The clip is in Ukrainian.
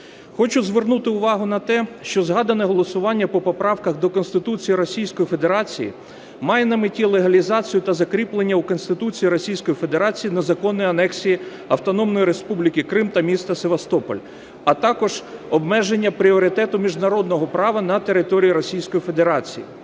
Хочу звернути увагу на те, що згадане голосування по поправках до Конституції Російської Федерації має на меті легалізацію та закріплення у Конституції Російської Федерації незаконної анексії Автономної Республіки Крим та міста Севастополь, а також обмеження пріоритету міжнародного права на території Російської Федерації.